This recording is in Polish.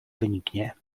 wyniknie